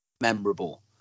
memorable